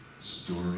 story